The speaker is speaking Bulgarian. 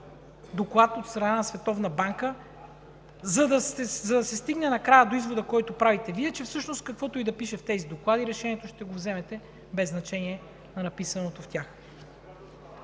банка, за да се стигне накрая до извода, който правите Вие, че всъщност каквото и да пише в тези доклади, решението ще го вземете без значение на написаното в тях?